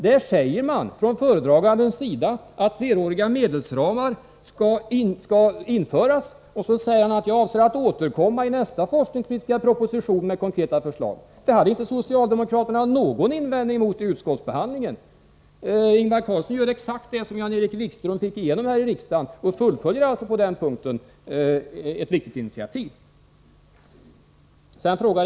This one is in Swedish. Där säger föredraganden att fleråriga medelsramar skall införas, och han tillägger att han avser att återkomma i nästa forskningspolitiska proposition med konkreta förslag. Det hade inte socialdemokraterna någon invändning mot vid utskottsbehandlingen. Ingvar Carlsson gör exakt det som Jan-Erik Wikström fick igenom här i riksdagen och fullföljer alltså på den punkten ett viktigt initiativ.